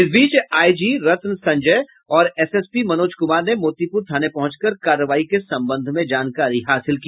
इस बीच आईजी रत्न संजय और एसएसपी मनोज कुमार ने मोतीपुर थाने पहुंच कर कार्रवाई के संबंध में जानकारी हासिल की